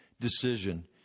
decision